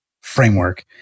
framework